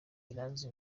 iranzi